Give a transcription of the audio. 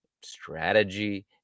strategy